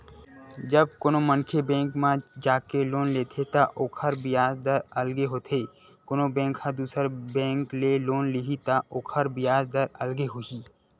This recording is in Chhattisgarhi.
जब कोनो मनखे बेंक म जाके लोन लेथे त ओखर बियाज दर अलगे होथे कोनो बेंक ह दुसर बेंक ले लोन लिही त ओखर बियाज दर अलगे होही